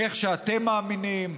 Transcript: איך שאתם מאמינים,